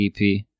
EP